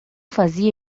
fazia